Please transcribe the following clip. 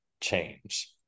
change